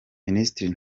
minisitiri